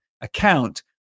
account